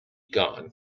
gone